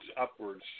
upwards